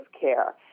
care